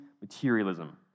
materialism